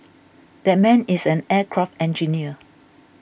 that man is an aircraft engineer